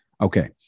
okay